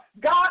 God